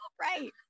Right